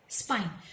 spine